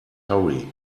hurry